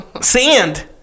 sand